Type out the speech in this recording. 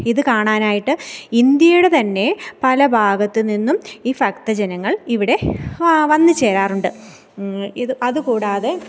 ഇത് കാണാനായിട്ട് ഇന്ത്യയുടെ തന്നെ പല ഭാഗത്ത് നിന്നും ഈ ഭക്തജനങ്ങൾ ഇവിടെ ആ വന്ന് ചേരാറുണ്ട് ഇത് അത് കൂടാതെ